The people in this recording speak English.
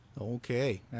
Okay